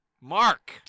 Mark